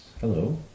Hello